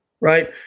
right